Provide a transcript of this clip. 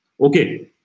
Okay